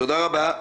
תודה רבה.